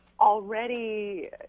already